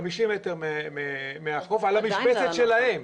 50 מטרים מהחוף, על המשבצת שלהם.